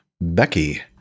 Becky